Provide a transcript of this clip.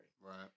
Right